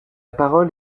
parole